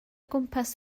gwmpas